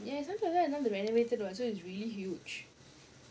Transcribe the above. ya in sun plaza so it's really huge